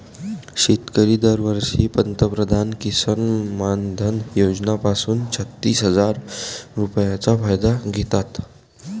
शेतकरी दरवर्षी पंतप्रधान किसन मानधन योजना पासून छत्तीस हजार रुपयांचा फायदा घेतात